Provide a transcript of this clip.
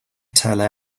teller